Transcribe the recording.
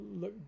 look